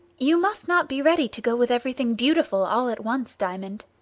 you must not be ready to go with everything beautiful all at once, diamond.